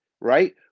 right